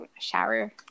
shower